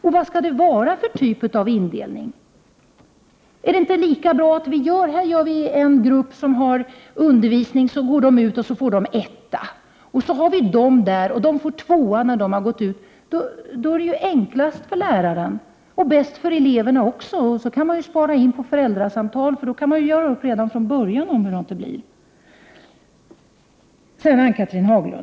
Och vad skall det vara för typ av indelning? Enklast är väl att göra olika grupper — en grupp här, där eleverna får undervisning och sedan etta i betyg, och en annan grupp här, där eleverna får tvåa i betyg, när de gått ut skolan. Det är enklast för läraren och bäst för eleverna också. Dessutom kan man spara in på föräldrasamtal, för man kan ju redan från början göra upp om hur det blir. Är det så ni vill ha det?